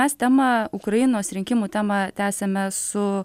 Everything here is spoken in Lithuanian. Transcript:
mes temą ukrainos rinkimų temą tęsiame su